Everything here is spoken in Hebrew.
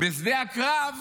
בשדה הקרב,